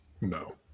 No